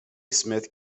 smith